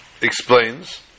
explains